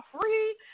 free